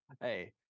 Hey